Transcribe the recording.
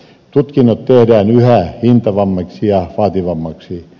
tutkinnot tehdään yhä hintavammiksi ja vaativammiksi